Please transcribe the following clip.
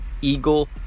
Eagle